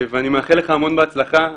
ואני מאחל לך המון בהצלחה.